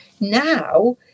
Now